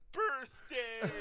birthday